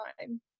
time